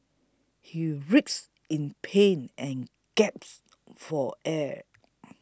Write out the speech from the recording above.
he writhed in pain and gasped for air